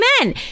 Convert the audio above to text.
Amen